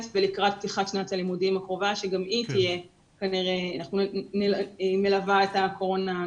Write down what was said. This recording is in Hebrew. ולקראת פתיחת שנת הלימודים הקרובה שגם היא כנראה תלווה את הקורונה.